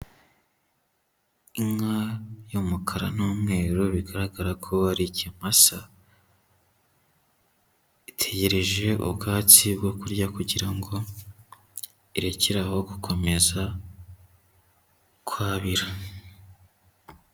Inka y'umukara n'umweru bigaragara ko ari ikimasa, itegereje ubwatsi bwo kurya kugira ngo irekere aho gukomeza kwabira.